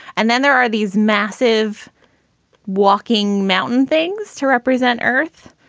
and then there are these massive walking mountain things to represent earth.